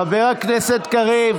חבר הכנסת קריב.